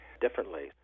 differently